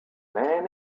man